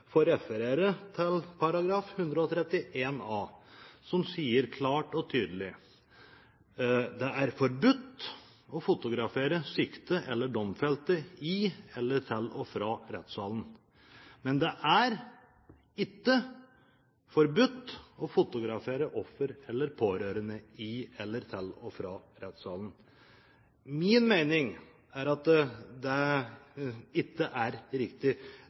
få referere til domstolloven § 131a, som sier klart og tydelig: «Det er også forbudt å fotografere eller gjøre opptak av den siktede eller domfelte på veg til eller fra rettsmøtet.» Men det er ikke forbudt å fotografere offer eller pårørende i eller til og fra rettssalen. Min mening er at det ikke er riktig.